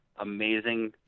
amazing